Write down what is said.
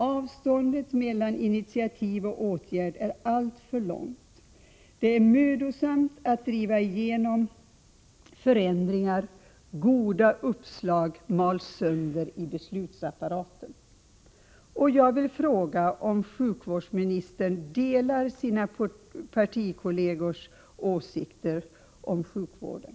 Avståndet mellan initiativ och åtgärd är alltför långt. Det är mödosamt att driva igenom förändringar. Goda uppslag mals sönder i beslutsapparaten.”